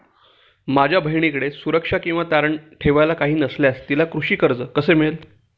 माझ्या बहिणीकडे सुरक्षा किंवा तारण ठेवायला काही नसल्यास तिला कृषी कर्ज कसे मिळेल?